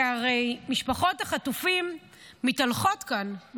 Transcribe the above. כי הרי משפחות החטופים מתהלכות כאן,